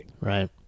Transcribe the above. Right